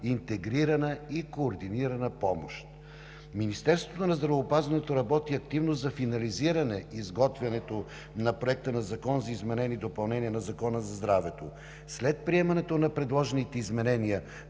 интегрирана и координирана грижа. Министерството на здравеопазването работи активно за финализиране изготвянето на Законопроекта за изменение и допълнение на Закона за здравето. След приемането на предложените изменения